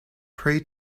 pray